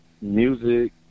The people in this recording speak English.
music